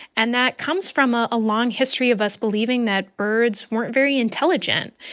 and that comes from a long history of us believing that birds weren't very intelligent.